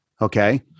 okay